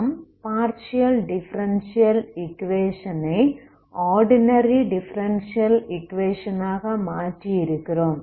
நாம் partial differential equation ஐ ordinary differential equation ஆக மாற்றி இருக்கிறோம்